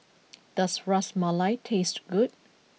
does Ras Malai taste good